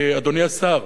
אדוני השר,